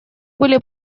были